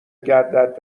گردد